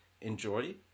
enjoy